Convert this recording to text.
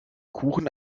kuchen